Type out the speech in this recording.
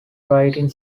writing